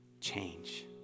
Change